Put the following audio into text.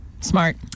Smart